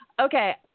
Okay